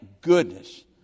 goodness